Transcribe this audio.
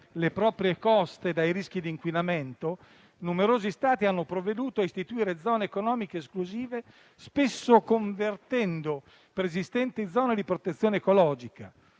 le proprie coste dai rischi di inquinamento, numerosi Stati hanno provveduto a istituire zone economiche esclusive spesso convertendo preesistenti zone di protezione ecologica.